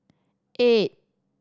eight